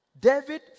David